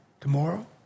Tomorrow